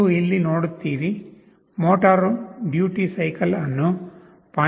ನೀವು ಇಲ್ಲಿ ನೋಡುತ್ತೀರಿ ಮೋಟಾರು ಡ್ಯೂಟಿ ಸೈಕಲ್ ಅನ್ನು 0